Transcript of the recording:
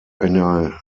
eine